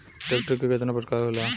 Tractor के केतना प्रकार होला?